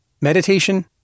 meditation